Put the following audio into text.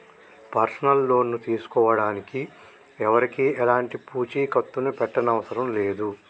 personal loan తీసుకోడానికి ఎవరికీ ఎలాంటి పూచీకత్తుని పెట్టనవసరం లేదు